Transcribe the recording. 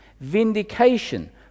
vindication